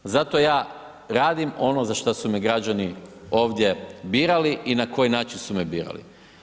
Zato ja radim ono za što su me građani ovdje birali i na koji način su me birali.